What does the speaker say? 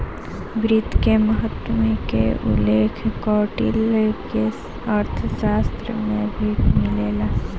वित्त के महत्त्व के उल्लेख कौटिल्य के अर्थशास्त्र में भी मिलेला